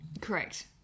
Correct